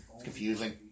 Confusing